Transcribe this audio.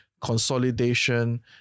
consolidation